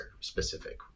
specific